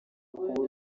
uburyo